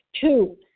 Two